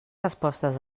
respostes